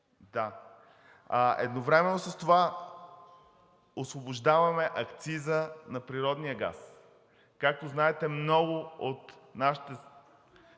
Едновременно с това освобождаваме акциза на природния газ. Както знаете, много от нашите